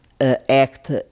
act